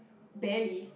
barely